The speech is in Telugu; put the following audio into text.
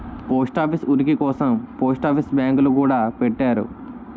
పోస్ట్ ఆఫీస్ ఉనికి కోసం పోస్ట్ ఆఫీస్ బ్యాంకులు గూడా పెట్టారు